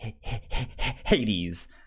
Hades